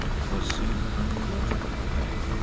for sooth unfoughten away,